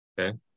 Okay